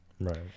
Right